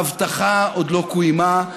ההבטחה עוד לא קוימה.